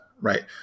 right